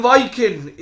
Viking